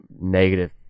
negative